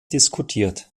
diskutiert